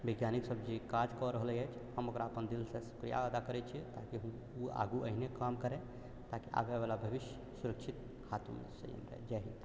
बैज्ञानिक सभ जे काज कऽ रहल अछि हम ओकरा अपन दिलसँ शुक्रिया अदा करै छियै ताकि ओ आगू एहने काम करै ताकि आबै बला भविष्य सुरक्षित हाथ मे चलि जाइ जय हिन्द